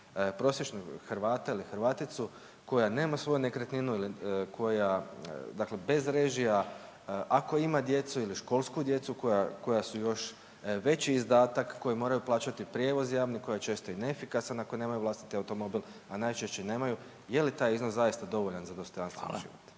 prosječnog Hrvata ili Hrvaticu koje nema svoju nekretninu ili koja bez režija ako ima djecu ili školsku djecu koja su još veći izdatak koji moraju plaćati prijevoz javni, koji je često i neefikasan ako nemaju vlastiti automobil, a najčešće nemaju je li taj iznos zaista dovoljan za dostojanstveni život?